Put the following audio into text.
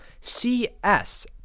CS